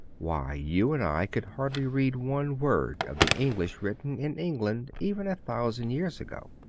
why, you and i could hardly read one word of the english written in england even a thousand years ago!